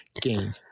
game